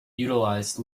utilised